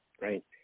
right